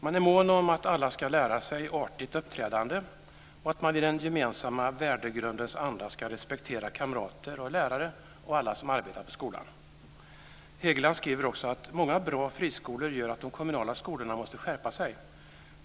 Man är mån om att alla ska lära sig artigt uppträdande och att man i den gemensamma värdegrundens anda ska respektera kamrater och lärare och alla som arbetar i skolan. Hegeland skriver också att många bra friskolor gör att de kommunala skolorna måste skärpa sig.